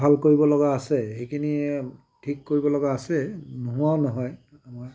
ভাল কৰিবলগীয়া আছে সেইখিনিয়ে ঠিক কৰিবলগীয়া আছে নোহোৱাও নহয় আমাৰ